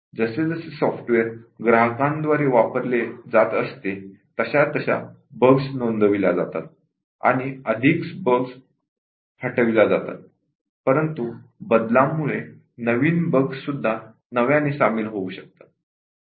जसेजसे सॉफ्टवेअर ग्राहकांद्वारे वापरले जात असते तशा बग नोंदविल्या जातात अधिक बग्स हटविल्या जातात परंतु बदलांमुळे नवीन बग्स सुद्धा नव्याने सामील होऊ शकतात